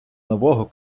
нового